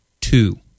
two